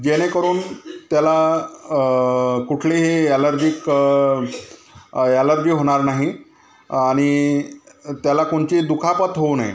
जेणेकरून त्याला कुठलीही एलर्जी एलर्जी होणार नाही आणि त्याला कोणतेही दुखापत होऊ नये